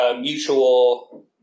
mutual